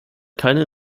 keine